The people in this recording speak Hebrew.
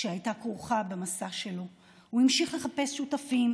שהייתה כרוכה במסע שלו הוא המשיך לחפש שותפים,